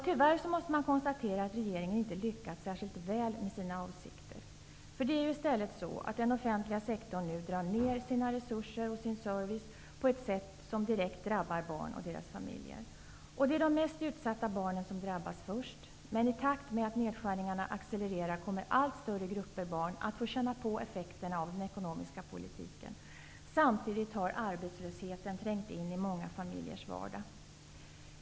Tyvärr måste man konstatera att regeringen inte lyckats särskilt väl med sina avsikter. Det är ju i stället så, att den offentliga sektorn nu drar ned sina resurser och sin service på ett sätt som direkt drabbar barn och deras familjer. Det är de mest utsatta barnen som drabbas först, men i takt med att nedskärningarna accelererar kommer allt större grupper barn att få känna av effekterna av den ekonomiska politiken. Samtidigt har arbetslösheten trängt in i många familjers vardag.